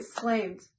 slammed